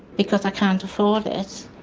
because i can't afford it.